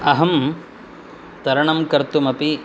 अहं तरणं कर्तुमपि